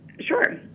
Sure